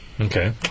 Okay